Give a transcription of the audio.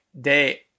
day